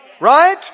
Right